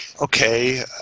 okay